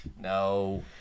No